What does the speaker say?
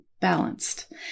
balanced